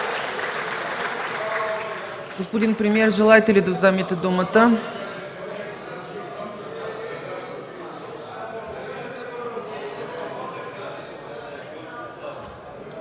Господин премиер, желаете ли да вземете думата?